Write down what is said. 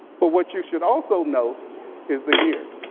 but what you should also note is the year.